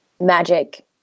magic